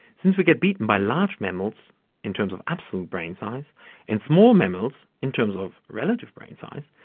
since we get beaten by large mammals in terms of absolute brain size and small mammals in terms of relative brain size,